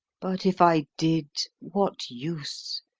but if i did, what use?